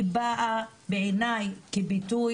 היא באה בעיניי כביטוי,